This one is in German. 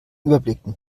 überblicken